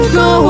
go